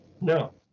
No